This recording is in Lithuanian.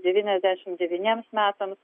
devyniasdešimt devyniems metams